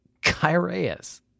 Kyraeus